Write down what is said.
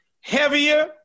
heavier